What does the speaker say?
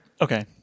okay